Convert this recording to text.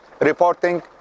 reporting